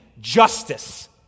justice